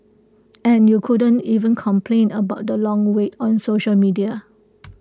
and you couldn't even complain about the long wait on social media